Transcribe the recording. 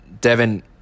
Devin